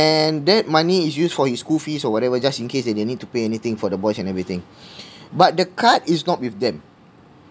and that money is used for his school fees or whatever just in case you need to pay anything for the boys and everything but the card is not with them